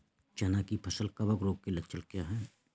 चना की फसल कवक रोग के लक्षण क्या है?